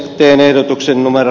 teen ehdotuksen numero